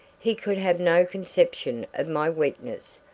he could have no conception of my weakness,